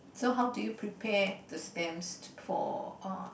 so how do you prepare the stamps for uh